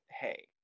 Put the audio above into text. hey